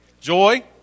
Joy